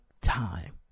time